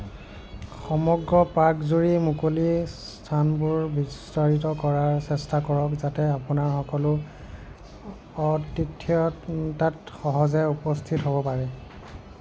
সমগ্ৰ পাৰ্কজুৰি মুকলি স্থানবোৰ বিস্তাৰিত কৰাৰ চেষ্টা কৰক যাতে আপোনাৰ সকলো অতিথিয়ে তাত সহজে উপস্থিত হ'ব পাৰে